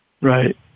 right